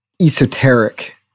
esoteric